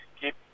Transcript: Keep